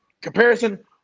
comparison